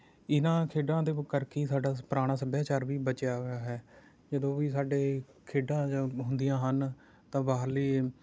ਇਹਨਾਂ ਖੇਡਾਂ ਦੇ ਵ ਕਰਕੇ ਹੀ ਸਾਡਾ ਸ ਪੁਰਾਣਾ ਸੱਭਿਆਚਾਰ ਵੀ ਬਚਿਆ ਹੋਇਆ ਹੈ ਜਦੋਂ ਵੀ ਸਾਡੇ ਖੇਡਾਂ ਜ ਹੁੰਦੀਆਂ ਹਨ ਤਾਂ ਬਾਹਰਲੀ